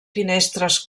finestres